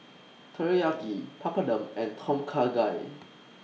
Teriyaki Papadum and Tom Kha Gai